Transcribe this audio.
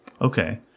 Okay